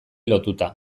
lotuta